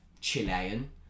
Chilean